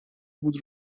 بود